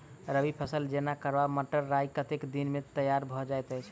रबी फसल जेना केराव, मटर, राय कतेक दिन मे तैयार भँ जाइत अछि?